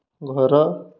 ଘର